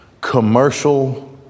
Commercial